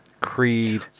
Creed